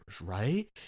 right